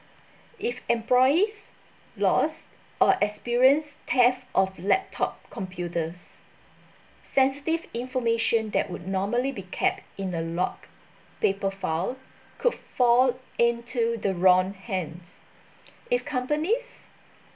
if employees lost or experience theft of laptop computers sensitive information that would normally be kept in a locked paper file could fall into the wrong hands if companies